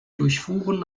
durchfuhren